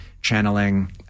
channeling